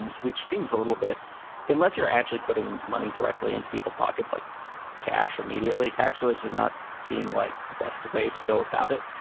and which seems a little bit unless you're actually putting money directly into people's pockets like cash immediately. tax relief does not seem like the best way to go about it,